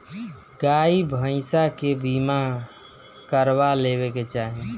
गाई भईसा के बीमा करवा लेवे के चाही